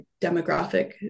demographic